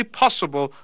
possible